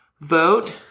Vote